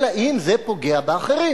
אלא אם כן זה פוגע באחרים.